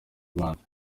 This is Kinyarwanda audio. rwanda